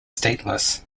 stateless